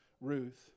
Ruth